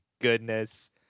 goodness